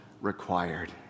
required